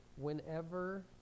whenever